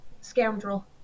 scoundrel